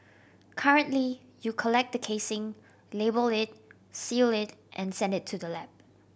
currently you collect the casing label it seal it and send it to the lab